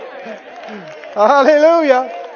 Hallelujah